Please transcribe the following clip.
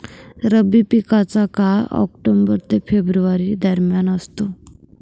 रब्बी पिकांचा काळ ऑक्टोबर ते फेब्रुवारी दरम्यान असतो